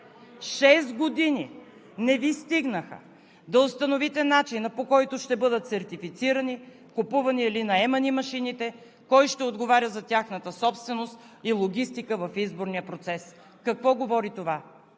Шест години не Ви стигнаха да установите начина, по който ще бъдат сертифицирани, купувани или наемани машините, кой ще отговаря за тяхната собственост и логистика в изборния процес. Какво говори това?